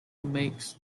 makes